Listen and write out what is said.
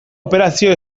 operazio